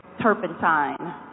turpentine